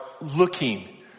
looking